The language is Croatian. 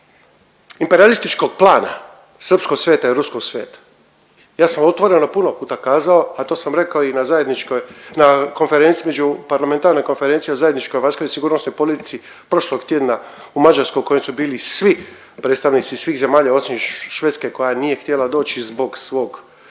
imperijalističkog plana, „srpskog sveta“ i „ruskog sveta“. Ja sam otvoreno puno puta kazao, a to sam rekao i na zajedničkoj, na konferenciji među, parlamentarnoj konferenciji o zajedničkoj vanjskoj i sigurnosnoj politici prošlog tjedna u Mađarskoj u kojem su bili svi predstavnici svih zemalja osim Švedske koja nije htjela doći zbog svog